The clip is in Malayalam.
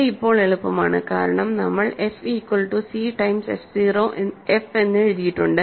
ഇത് ഇപ്പോൾ എളുപ്പമാണ് കാരണം നമ്മൾ F equal to C times F എന്ന് എഴുതിയിട്ടുണ്ട്